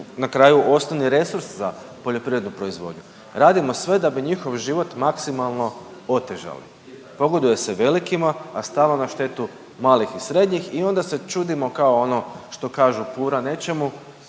na kraju osnovni resurs za poljoprivrednu proizvodnju, radimo sve da bi njihov život maksimalno otežali. Pogoduje se velikima, a stalno na štetu malih i srednjih i onda se čudimo kao ono što kažu pura nećemo